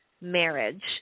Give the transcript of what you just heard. marriage